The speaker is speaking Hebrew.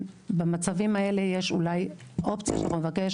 במצבים האלה יש אולי אופציה שאנחנו נבקש